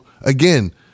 again